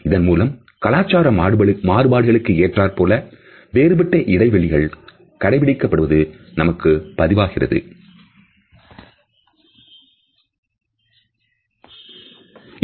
இதன் மூலம் கலாச்சார மாறுபாடுகளுக்கு ஏற்றார்போல வேறுபட்ட இடைவெளிகள் கடைப்பிடிக்கப்படுவது நமக்குள் பதிவாகியிருக்கிறது